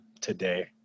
today